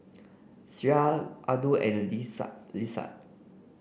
Syirah Abdul and Lestari Lestari